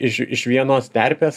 iš iš vienos terpės